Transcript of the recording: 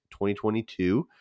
2022